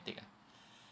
take ah